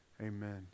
Amen